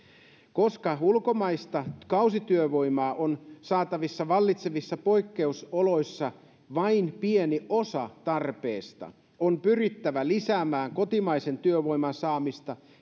koska ulkomaista kausityövoimaa on saatavissa vallitsevissa poikkeusoloissa vain pieni osa tarpeesta on pyrittävä lisäämään kotimaisen työvoiman saamista